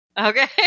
Okay